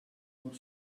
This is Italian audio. non